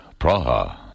Praha